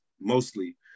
mostly